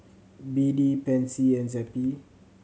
B D Pansy and Zappy